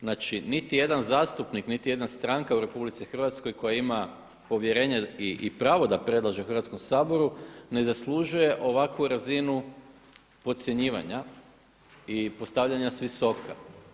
Znači niti jedan zastupnik niti jedna stranka u RH koja ima povjerenje i pravo da predlaže Hrvatskom saboru, ne zaslužuje ovakvu razinu podcjenjivanja i postavljanja s visoka.